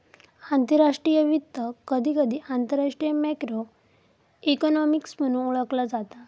आंतरराष्ट्रीय वित्त, कधीकधी आंतरराष्ट्रीय मॅक्रो इकॉनॉमिक्स म्हणून ओळखला जाता